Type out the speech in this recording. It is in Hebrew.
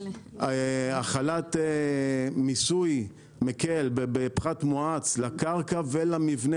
הכלת מיסוי מקל בפחת מואץ לקרקע ולמבנה,